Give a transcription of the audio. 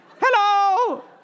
Hello